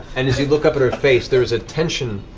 and as you look up at her face, there's a tension,